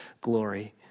glory